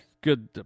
good